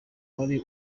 wari